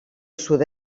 sud